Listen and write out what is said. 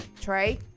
Trey